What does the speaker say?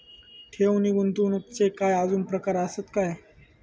ठेव नी गुंतवणूकचे काय आजुन प्रकार आसत काय?